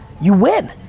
you win.